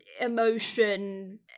emotion